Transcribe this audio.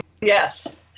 yes